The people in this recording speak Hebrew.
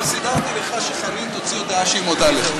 סידרתי לך שחנין תוציא הודעה שהיא מודה לך.